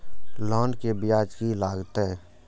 Loan के ब्याज की लागते?